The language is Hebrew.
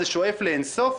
זה שואף לאין-סוף?